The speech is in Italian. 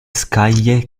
scaglie